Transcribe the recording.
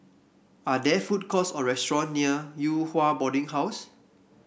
are there food courts or restaurant near Yew Hua Boarding House